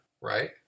right